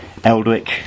Eldwick